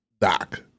Doc